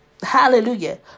Hallelujah